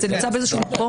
זה נמצא באיזה מקום,